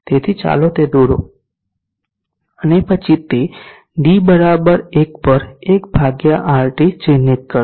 તેથી ચાલો તે દોરો અને પછી તેને d 1 પર 1 RT ચિહ્નિત કરો